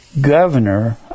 governor